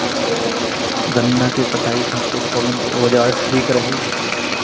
गन्ना के कटाई खातिर कवन औजार ठीक रही?